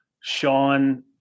sean